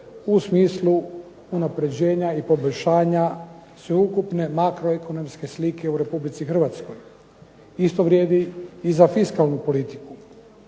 u smislu unapređenja i poboljšanja sveukupne makroekonomske slike u Republici Hrvatskoj, isto vrijedi i za fiskalnu politiku,